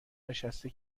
نشسته